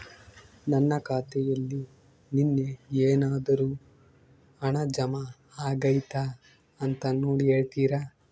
ನನ್ನ ಖಾತೆಯಲ್ಲಿ ನಿನ್ನೆ ಏನಾದರೂ ಹಣ ಜಮಾ ಆಗೈತಾ ಅಂತ ನೋಡಿ ಹೇಳ್ತೇರಾ?